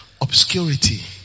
Obscurity